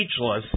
speechless